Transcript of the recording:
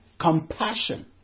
Compassion